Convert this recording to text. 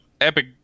Epic